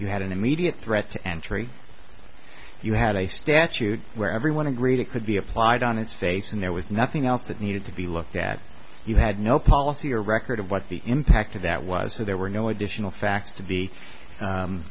you had an immediate threat to entry you had a statute where everyone agreed it could be applied on its face and there was nothing else that needed to be looked at you had no policy or record of what the impact of that was so there were no additional facts to be